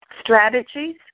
strategies